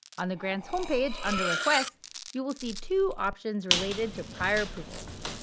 on the grants home page, under requests, you will see two options related to prior approvals.